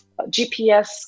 GPS